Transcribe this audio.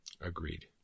Agreed